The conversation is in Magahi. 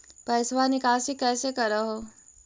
पैसवा निकासी कैसे कर हो?